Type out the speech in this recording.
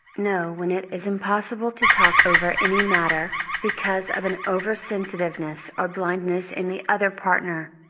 know when it is impossible to talk over any matter, because of an oversensitiveness or blindness in the other partner.